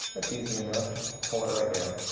that's easy enough just pull it right down.